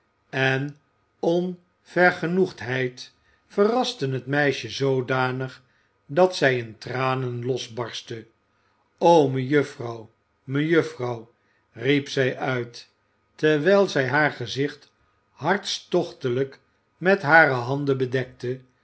en onvergenoegdheid verrasten het meisje zoodanig dat zij in tranen losbarstte o mejuffrouw mejuf ffrouw riep zij uit terwijl zij haar gezicht hartstochtelijk met hare handen bedekte